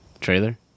trailer